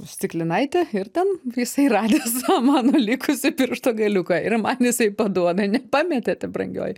stiklinaite ir ten jisai radęs tą mano likusį piršto galiuką ir man jisai paduoda pametėte brangioji